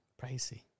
Pricey